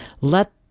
let